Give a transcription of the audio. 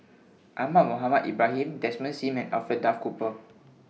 Ahmad Mohamed Ibrahim Desmond SIM and Alfred Duff Cooper